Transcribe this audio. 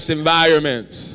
environments